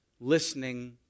listening